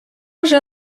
вже